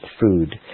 food